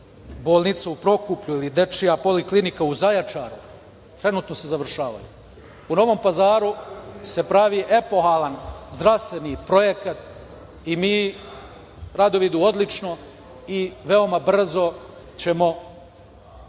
bolnica u Prokuplju ili Dečija poliklinika u Zaječaru, trenutno se završavaju. U Novom Pazaru se pravi epohalan zdravstveni projekat i radovi idu odlično i veoma brzo ćemo